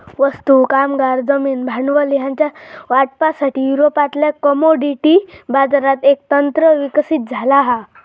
वस्तू, कामगार, जमीन, भांडवल ह्यांच्या वाटपासाठी, युरोपातल्या कमोडिटी बाजारात एक तंत्र विकसित झाला हा